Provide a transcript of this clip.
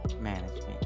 Management